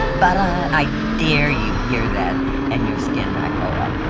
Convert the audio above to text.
but i dare you hear that and your skin. i go up.